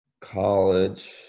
college